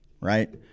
right